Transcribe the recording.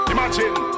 Imagine